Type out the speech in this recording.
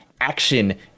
action